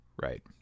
right